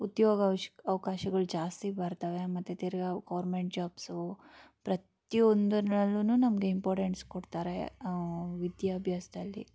ಉದ್ಯೋಗ ಅವ್ಶ್ ಅವಕಾಶಗಳು ಜಾಸ್ತಿ ಬರ್ತವೆ ಮತ್ತು ತಿರ್ಗಿ ಗೌರ್ಮೆಂಟ್ ಜಾಬ್ಸು ಪ್ರತಿಯೊಂದರಲ್ಲೂ ನಮಗೆ ಇಂಪಾರ್ಟೆಂಟ್ಸ್ ಕೊಡ್ತಾರೆ ವಿದ್ಯಾಭ್ಯಾಸದಲ್ಲಿ